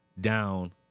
down